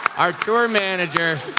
our tour manager,